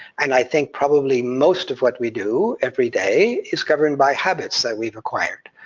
and i think probably most of what we do everyday is governed by habits that we've acquired,